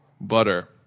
butter